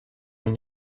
und